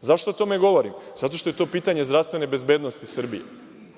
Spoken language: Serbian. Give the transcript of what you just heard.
Zašto o tome govorim? Zato što je to pitanje zdravstvene bezbednosti Srbije. Vi,